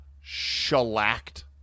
shellacked